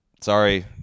sorry